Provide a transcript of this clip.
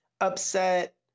upset